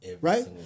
Right